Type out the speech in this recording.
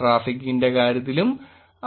ട്രാഫിക്കിന്റെ കാര്യത്തിലും